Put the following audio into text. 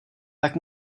tak